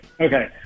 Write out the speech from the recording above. okay